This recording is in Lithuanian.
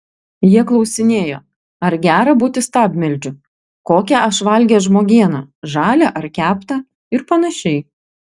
jie klausinėjo ar gera būti stabmeldžiu kokią aš valgęs žmogieną žalią ar keptą ir panašiai